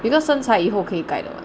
because 身材以后可以改的